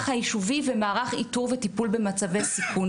היישובי והמערך איתור וטיפול במצבי סיכון,